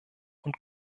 und